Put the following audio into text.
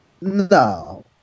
No